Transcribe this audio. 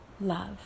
love